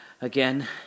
Again